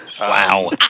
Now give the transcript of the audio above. Wow